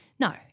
No